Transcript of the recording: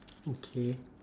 okay